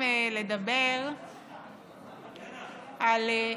לדבר גם על,